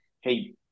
hey